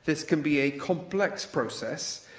this can be a complex process,